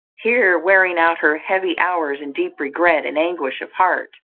here wearing out her heavy hours in deep regret and anguish of heart,